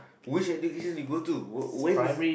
which education do you go to when is